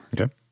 Okay